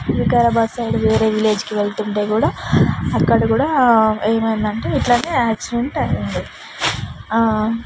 Vikarabad side వేరే విలేజ్కి వెళ్తుంటే కూడా అక్కడ కూడా ఏమైందంటే ఇట్లానే యాక్సిడెంట్ అయ్యింది